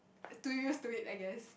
too used to it I guess